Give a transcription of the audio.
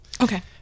Okay